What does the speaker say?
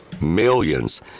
millions